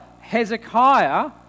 Hezekiah